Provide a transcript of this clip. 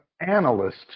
analyst